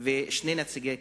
ושני נציגי קק"ל.